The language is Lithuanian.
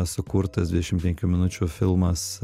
sukurtas dvidešimt penkių minučių filmas